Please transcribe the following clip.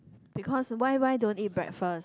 because why why don't eat breakfast